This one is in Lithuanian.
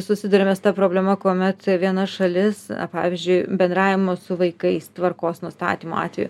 susiduriame su ta problema kuomet viena šalis pavyzdžiui bendravimo su vaikais tvarkos nustatymo atveju